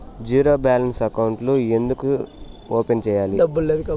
zero balance అకౌంట్లు ఎందుకు open సేయాలి